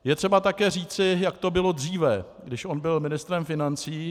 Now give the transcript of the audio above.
Je třeba také říci, jak to bylo dříve, když on byl ministrem financí.